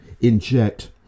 inject